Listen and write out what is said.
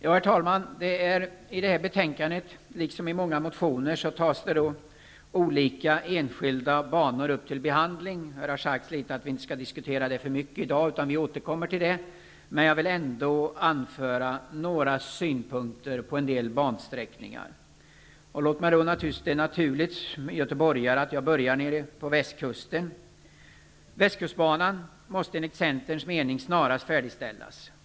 Både i det här betänkandet och i många motioner tas olika enskilda banor upp till behandling. Det har sagts här att vi inte skall diskutera de sakerna för mycket i dag. Vi får återkomma till dem senare. Men jag vill ändå anföra några synpunkter på en del bansträckningar. Det är naturligt för mig som göteborgare att jag börjar med Västkusten. Västkustbanan måste enligt Centerns mening snarast färdigställas.